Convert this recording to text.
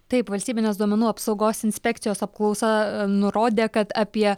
taip valstybinės duomenų apsaugos inspekcijos apklausa nurodė kad apie